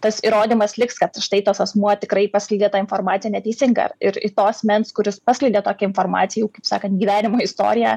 tas įrodymas liks kad štai tas asmuo tikrai paskleidė tą informaciją neteisingą ir į to asmens kuris paskleidė tokią informaciją jau kaip sakant gyvenimo istoriją